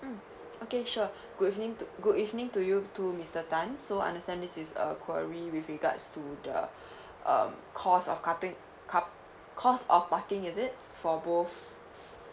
mm okay sure good evening to good evening to you too mister tan so understand this is a query with regards to the um cost of cupping cup cost of parking is it for both